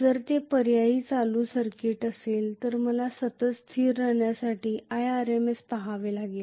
जर ते पर्यायी चालू सर्किट असेल तर मला सतत स्थिर राहण्यासाठी irms पहावे लागतील